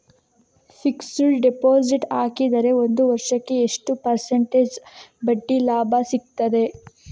Fixed deposit ಹಾಕಿದರೆ ಒಂದು ವರ್ಷಕ್ಕೆ ಎಷ್ಟು ಪರ್ಸೆಂಟೇಜ್ ಬಡ್ಡಿ ಲಾಭ ಸಿಕ್ತದೆ?